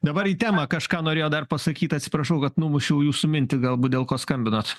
dabar į temą kažką norėjot dar pasakyt atsiprašau kad numušiau jūsų mintį galbūt dėl ko skambinot